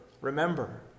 remember